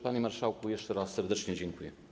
Panie marszałku, jeszcze raz serdecznie dziękuję.